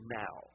now